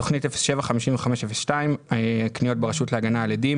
תוכנית 07-55-02 קניות ברשות להגנה על עדים